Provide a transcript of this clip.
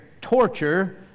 torture